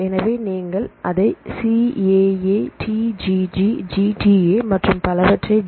எனவே நீங்கள் அதை C A A D G G GDA மற்றும் பலவற்றை டி